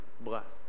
blessed